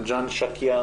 אנג'אן שאקייה,